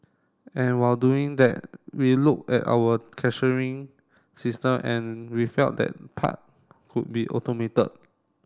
and while doing that we looked at our cashiering system and we felt that part could be automated